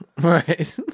Right